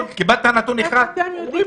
את נייר העמדה שלנו,